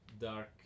dark